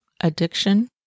addiction